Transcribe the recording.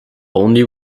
only